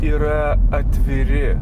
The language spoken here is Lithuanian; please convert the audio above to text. yra atviri